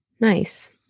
nice